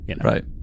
Right